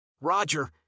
Roger